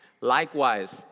likewise